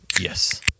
Yes